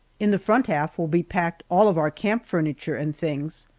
in the front half will be packed all of our camp furniture and things,